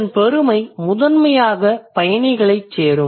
இதன் பெருமை முதன்மையாக பயணிகளைச் சேரும்